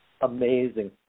amazing